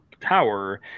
tower